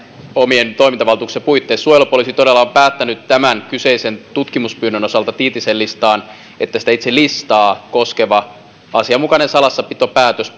omien toimintavaltuuksien puitteissa suojelupoliisi todella on päättänyt tämän kyseisen tiitisen listan tutkimuspyynnön osalta että sitä itse listaa koskeva asianmukainen salassapitopäätös